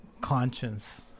Conscience